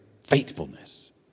faithfulness